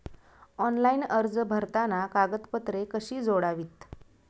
Online अर्ज भरताना कागदपत्रे कशी जोडावीत?